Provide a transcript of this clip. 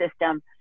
system